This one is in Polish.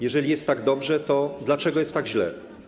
Jeżeli jest tak dobrze, to dlaczego jest tak źle?